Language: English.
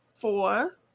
four